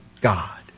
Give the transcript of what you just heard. God